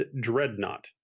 dreadnought